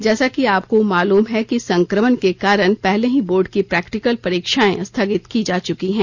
जैसा कि आपको मालूम है कि संक्रमण के कारण पहले ही बोर्ड की प्रैक्टिकल परीक्षाएं स्थगित की जा चुकी हैं